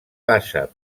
passa